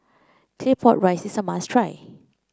Claypot Rice is a must try